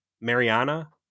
Mariana